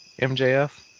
MJF